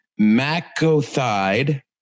macothide